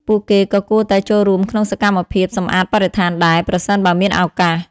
ពួកគេក៏គួរតែចូលរួមក្នុងសកម្មភាពសម្អាតបរិស្ថានដែរ ប្រសិនបើមានឱកាស។